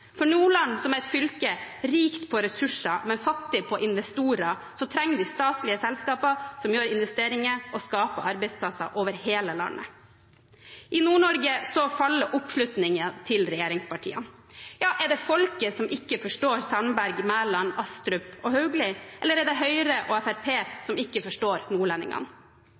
Nordland, som er et fylke rikt på ressurser, men fattig på investorer, trenger statlige selskaper som foretar investeringer og skaper arbeidsplasser over hele landet. I Nord-Norge faller oppslutningen til regjeringspartiene. Er det folket som ikke forstår Sandberg, Mæland, Astrup og Hauglie, eller er det Høyre og Fremskrittspartiet som ikke forstår nordlendingene?